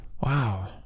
Wow